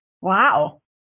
Wow